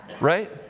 Right